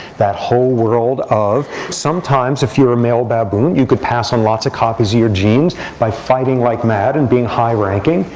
that whole world of sometimes if you're a male baboon, you could pass on lots of copies of your genes by fighting like mad and being high ranking.